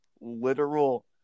literal